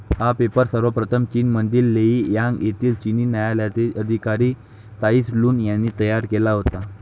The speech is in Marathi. हा पेपर सर्वप्रथम चीनमधील लेई यांग येथील चिनी न्यायालयातील अधिकारी त्साई लुन यांनी तयार केला होता